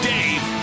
Dave